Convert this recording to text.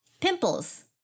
pimples